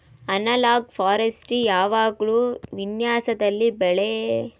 analogue forestry ಯಾವಾಗ್ಲೂ ವಿನ್ಯಾಸದಲ್ಲಿ ಬೆಳೆಅಲ್ಲದ ಸ್ಥಳೀಯ ಜಾತಿಗಳ ಸೇರ್ಪಡೆಯನ್ನು ಪರಿಗಣಿಸ್ತದೆ